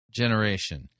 generation